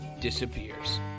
disappears